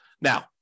Now